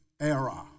era